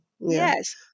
Yes